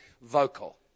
vocal